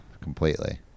completely